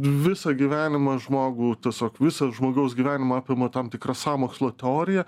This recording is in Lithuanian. visą gyvenimą žmogų tiesiog visą žmogaus gyvenimą apima tam tikra sąmokslo teorija